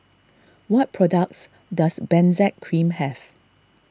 what products does Benzac Cream have